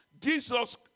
Jesus